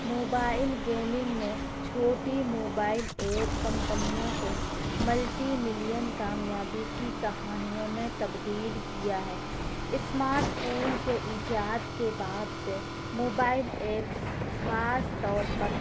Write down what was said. mobile gaming نے چھوٹی mobile app کمپنیوں کو ملٹی ملین کامیابی کی کہانیوں میں تبدیل کیا ہے اسمارٹ فون کے ایجاد کے بعد سے موبائل ایپس خاص طور پر